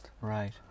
Right